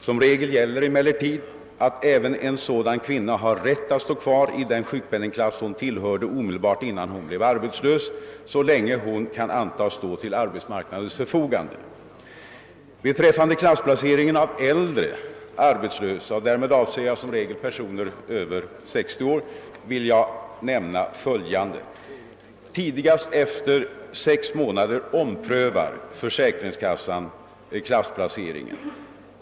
Som regel gäller emellertid att även en sådan kvinna har rätt att stå kvar i den sjukpenningklass hon tillhörde omedelbart innan hon blev arbetslös, så länge hon kan antas stå till arbetsmarknadens förfogande. Beträffande klassplaceringen av äldre arbetslösa — och därmed avser jag som regel personer över 60 år — viil jag nämna följande. Tidigast efter sex månader omprövar försäkringskassan klassplaceringen.